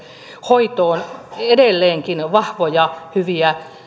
hoitoon edelleenkin vahvoja hyviä